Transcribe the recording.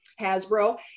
Hasbro